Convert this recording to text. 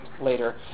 later